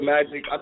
Magic